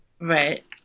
Right